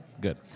Good